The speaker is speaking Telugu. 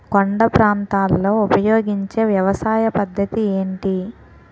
కొండ ప్రాంతాల్లో ఉపయోగించే వ్యవసాయ పద్ధతి ఏంటి?